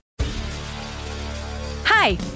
Hi